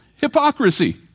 hypocrisy